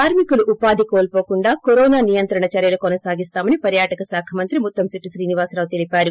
కార్మికుల ఉపాధి కోల్సోకుండా కరోనా నియంత్రణ చర్యలు కొనసాగిస్తామని పర్యాటక శాఖ మంత్రి ముత్తంశెట్లి శ్రీన్వాసరావు తెలిపారు